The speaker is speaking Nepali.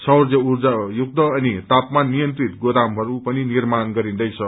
सौँय उर्जायुक्त अनि तापमान नियन्त्रित गोदामहरू पनि निर्माण गरिदैछ